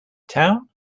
town